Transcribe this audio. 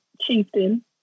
chieftain